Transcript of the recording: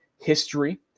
history